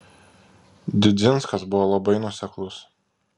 didzinskas buvo labai nuoseklus